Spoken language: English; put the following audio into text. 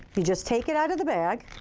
you just take it out of the bag.